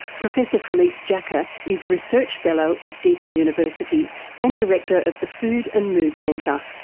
professor felice jacka is research fellow at deakin university and director of the food and mood centre.